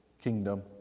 kingdom